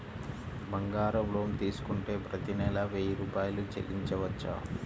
బంగారం లోన్ తీసుకుంటే ప్రతి నెల వెయ్యి రూపాయలు చెల్లించవచ్చా?